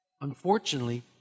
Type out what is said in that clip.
Unfortunately